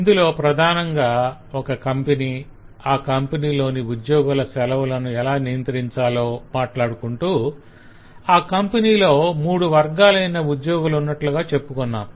ఇందులో ప్రధానంగా ఒక కంపెనీ ఆ కంపెనీలోని ఉద్యోగుల సెలవులను ఎలా నియంత్రించాలో మాట్లాడుకుంటూ ఆ కంపెనీ లో మూడు వర్గాలైన ఉద్యోగులున్నట్లుగా చెప్పుకున్నాం